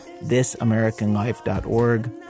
thisamericanlife.org